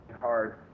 hard